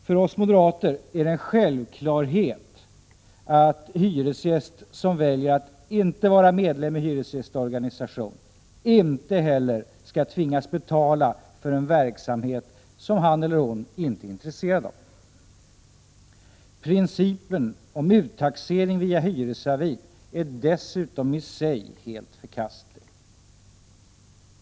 För oss moderater är det en självklarhet att hyresgäst som väljer att inte vara medlem i hyresgästorganisation inte heller skall tvingas betala för en verksamhet som han eller hon inte är intresserad av. Principen om uttaxering via hyresavin är dessutom i sig helt förkastlig.